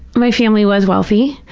my family was wealthy.